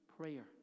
prayer